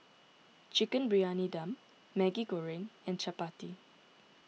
Chicken Briyani Dum Maggi Goreng and Chappati